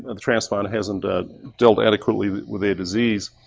a transplant hasn't ah dealt adequately with a a disease